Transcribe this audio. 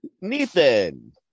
Nathan